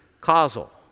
causal